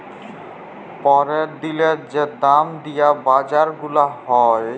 প্যরের দিলের যে দাম দিয়া বাজার গুলা হ্যয়